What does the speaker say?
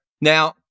Now